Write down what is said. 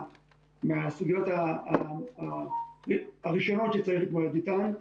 מהסוגיות הראשונות שצריך להתמודד איתן.